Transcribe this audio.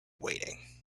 weighting